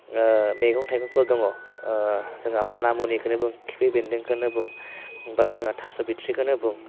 मैगं थाइगंफोर दङ जोंहा मानिमुनिखौनो बुं खिफिबेन्दोंखौनो बुं बा जोंहा थास' बिथ'रिखौनो बुं